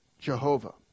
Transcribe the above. Jehovah